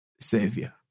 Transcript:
Savior